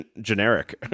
generic